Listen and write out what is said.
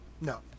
No